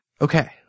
okay